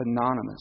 anonymous